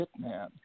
hitman